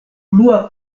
plua